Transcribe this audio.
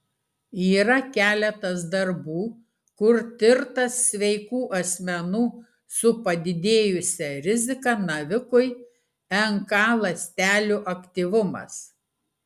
yra keletas darbų kur tirtas sveikų asmenų su padidėjusia rizika navikui nk ląstelių aktyvumas